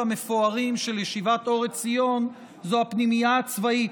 המפוארים של ישיבת אור עציון זו הפנימייה הצבאית.